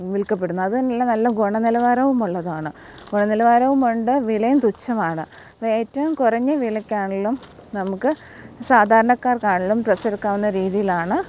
വിൽക്കപ്പെടുന്നത് അത് തന്നെ അല്ല നല്ല ഗുണനിലവാരവുമുള്ളതാണ് ഗുണനിലവാരവുമുണ്ട് വിലയും തുച്ഛമാണ് ഏറ്റവും കുറഞ്ഞ വിലയ്ക്കാണെങ്കിലും നമുക്ക് സാധാരണക്കാർക്കാണെങ്കിലും ഡ്രസ്സെടുക്കാവുന്ന രീതിയിലാണ്